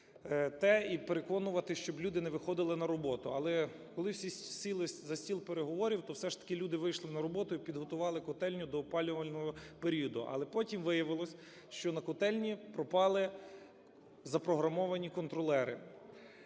те і переконувати, щоб люди не виходили на роботу. Але коли всі сіли за стіл переговорів, то все ж таки люди вийшли на роботу і підготували котельню до опалювального періоду. Але потім виявилося, що на котельні пропали запрограмовані контролери